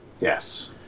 Yes